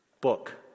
book